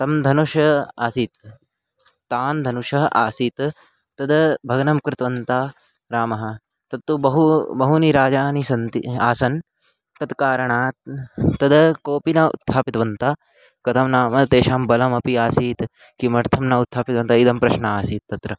तत् धनुः आसीत् तत् धनुः आसीत् तद् भग्नं कृतवन्तः रामः तत्तु बहु बहवः राजानः सन्ति आसन् तत् कारणात् तद् कोपि न उत्थापितवन्तः कथं नाम तेषां बलमपि आसीत् किमर्थं न उत्थापितवन्तः इदं प्रश्नः आसीत् तत्र